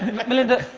melinda,